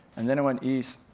and then it went east,